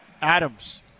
Adams